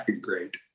Great